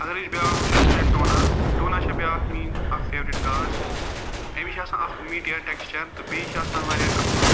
اگر أسۍ بیٛاکھ وٕچھو سۄ چھےٚ ٹونا ٹونا چھِ بیٛاکھ میٛٲنۍ اَکھ فیورِٹ گاڈ أمِس چھِ آسان اکھ میٖٹیَر ٹٮ۪کسچَر تہٕ بیٚیہِ چھِ آسان واریاہ اَتھ مَنٛز